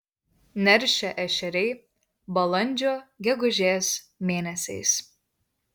neršia ešeriai balandžio gegužės mėnesiais